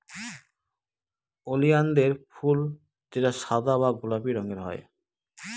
ওলিয়ানদের ফুল যেটা সাদা বা গোলাপি রঙের হয়